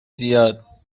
زیاد